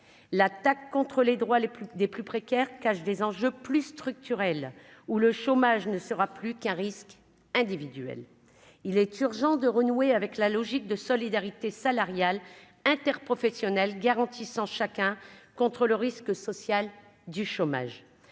l'attaque contre les droits les plus des plus précaires cache des enjeux plus structurelle, où le chômage ne sera plus qu'à risque individuel, il est urgent de renouer avec la logique de solidarité salariale interprofessionnelle garantissant chacun contre le risque social du chômage